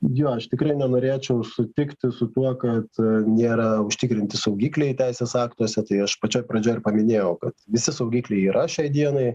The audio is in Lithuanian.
jo aš tikrai nenorėčiau sutikti su tuo kad nėra užtikrinti saugikliai teisės aktuose tai aš pačioj pradžioj ir paminėjau kad visi saugikliai yra šiai dienai